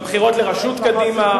בבחירות לראשות קדימה,